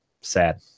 sad